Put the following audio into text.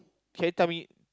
can you tell me